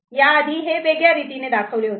या आधी हे वेगळ्या रीतीने दाखवले होते